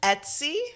Etsy